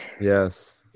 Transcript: yes